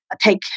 take